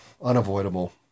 Unavoidable